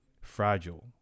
fragile